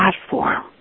platform